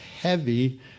heavy